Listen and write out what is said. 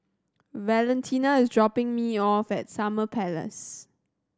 Valentina is dropping me off at Summer Place